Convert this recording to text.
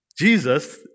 Jesus